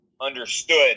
understood